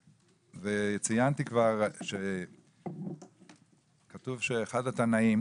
ציינתי כבר שכתוב שאחד התנאים,